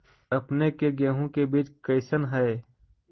अपने के गेहूं के बीज कैसन है?